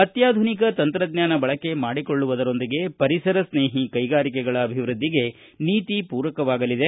ಅತ್ಯಾಧುನಿಕ ತಂತ್ರಜ್ಞಾನ ಬಳಕೆ ಮಾಡಿಕೊಳ್ಳುವುದರೊಂದಿಗೆ ಪರಿಸರಸ್ನೇಹಿ ಕೈಗಾರಿಕೆಗಳ ಅಭಿವೃದ್ದಿಗೆ ನೀತಿ ಪೂರಕವಾಗಲಿದೆ